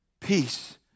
Peace